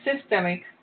systemic